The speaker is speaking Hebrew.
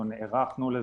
נערכנו לזה,